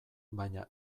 baina